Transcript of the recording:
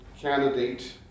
candidate